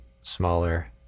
smaller